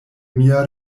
mia